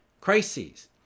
crises